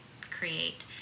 create